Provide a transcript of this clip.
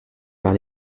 par